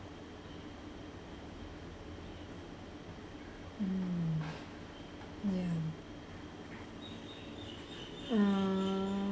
mm ya uh